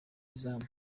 izamu